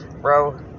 Bro